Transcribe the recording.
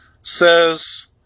says